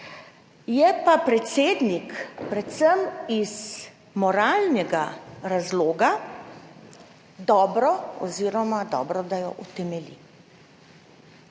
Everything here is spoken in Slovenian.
je pa predsednik predvsem iz moralnega razloga dobro oz. dobro da jo utemelji.